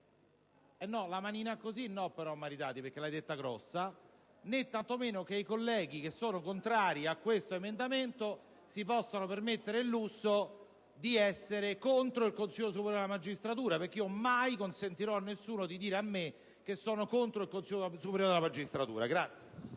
La manina così però no, senatore Maritati, perché l'hai detta grossa. Né tantomeno ritengo che i colleghi che sono contrari a questo emendamento si possano permettere il lusso di essere contro il Consiglio superiore della magistratura. Mai consentirò a nessuno di dire a me che sono contro il Consiglio superiore della magistratura.